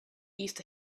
east